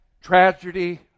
tragedy